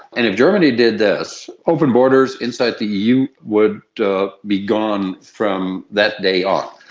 and if germany did this, open borders inside the eu would be gone from that day on.